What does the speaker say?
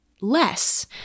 less